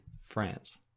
france